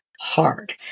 hard